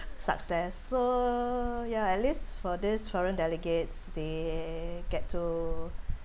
success so ya at least for these foreign delegates they get to